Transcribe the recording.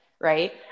Right